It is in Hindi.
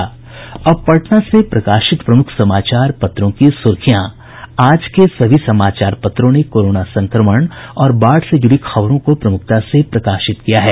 अब पटना से प्रकाशित प्रमुख समाचार पत्रों की सुर्खियां आज के सभी समाचार पत्रों ने कोरोना संक्रमण और बाढ़ से जुड़ी खबरों को प्रमुखता से प्रकाशित किया है